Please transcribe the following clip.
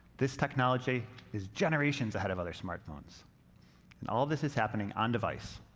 this technology is generations ahead of other smartphones and all of this is happening on-device.